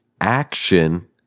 action